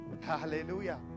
hallelujah